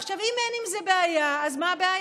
עכשיו, אם אין עם זה בעיה, אז מה הבעיה?